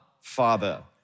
Father